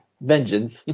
vengeance